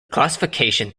classification